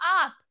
up